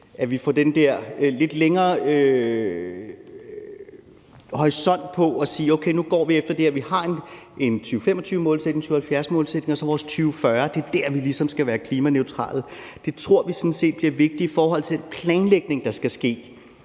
at vi får den der lidt længere horisont på og siger: Okay, nu går vi efter det. Vi har en 2025-målsætning, en 2070-målsætning og vores 2040-målsætning. Det er der, vi ligesom skal være klimaneutrale. Det tror vi sådan set bliver vigtigt i forhold til den planlægning, der skal ske,